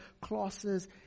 classes